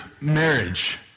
marriage